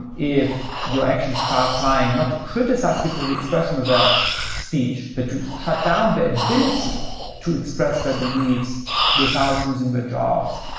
and if you actually start trying not to criticize people, the expression of that speech, but to shut down the ability to express their beliefs without losing their jobs,